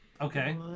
okay